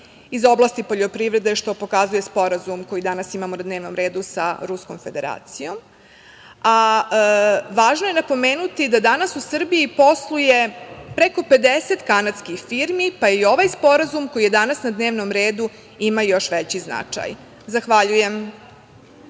iz oblasti poljoprivrede, što pokazuje sporazum koji danas imamo na dnevnom redu sa Ruskom Federacijom. Važno je napomenuti da danas u Srbiji posluje preko 50 kanadskih firmi, pa i ovaj sporazum koji je danas na dnevnom redu ima još veći značaj. Zahvaljujem.